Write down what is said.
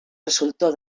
resultó